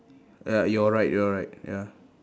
uh your right your right ya